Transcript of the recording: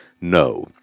No